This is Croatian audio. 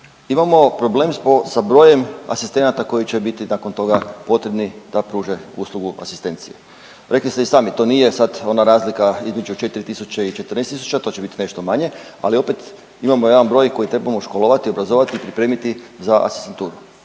imamo problem sa brojem asistenata koji će biti nakon toga potrebni da pruže uslugu asistencije. Rekli ste i sami to nije sad ona razlika između 4000 i 14000, to će biti nešto manje, ali opet imamo jedan broj koji trebamo školovati, obrazovati, pripremiti za asistenturu.